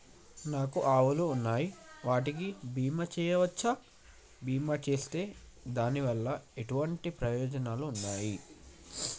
నాకు ఆవులు ఉన్నాయి వాటికి బీమా చెయ్యవచ్చా? బీమా చేస్తే దాని వల్ల ఎటువంటి ప్రయోజనాలు ఉన్నాయి?